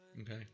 Okay